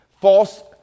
false